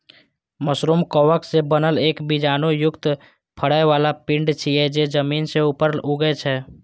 mushroom कवक सं बनल एक बीजाणु युक्त फरै बला पिंड छियै, जे जमीन सं ऊपर उगै छै